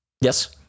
Yes